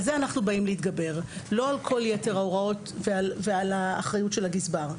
על זה אנחנו באים להתגבר; לא על כל יתר ההוראות ועל האחריות של הגזבר.